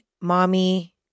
mommy